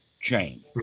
chain